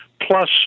plus